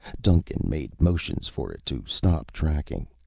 duncan made motions for it to stop tracking.